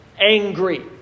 angry